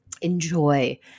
enjoy